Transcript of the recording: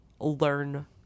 learn